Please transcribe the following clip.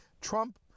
Trump